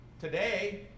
today